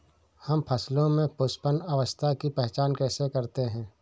हम फसलों में पुष्पन अवस्था की पहचान कैसे करते हैं?